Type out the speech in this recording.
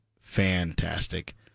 fantastic